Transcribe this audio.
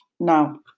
now